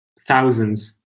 thousands